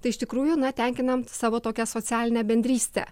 tai iš tikrųjų tenkinam savo tokią socialinę bendrystę